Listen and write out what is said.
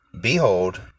Behold